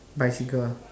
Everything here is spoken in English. bicycle